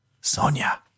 Sonia